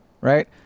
Right